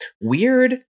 weird